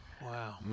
Wow